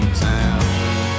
town